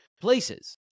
places